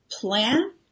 plan